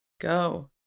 Go